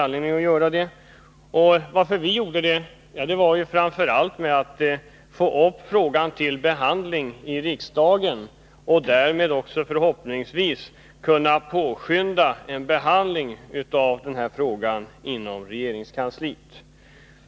Anledningen för vår del var att vi ville få upp frågan till behandling i riksdagen och därmed också förhoppningsvis kunna påskynda en behandling i regeringskansliet.